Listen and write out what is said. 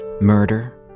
murder